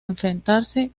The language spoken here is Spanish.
enfrentarse